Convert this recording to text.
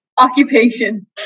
occupation